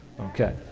Okay